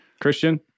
christian